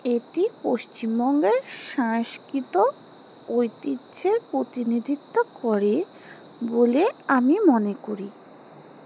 এটি পশ্চিমবঙ্গের সাংস্কৃতিক ঐতিহ্যের প্রতিনিধিত্ব করে বলে আমি মনে করি